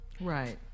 Right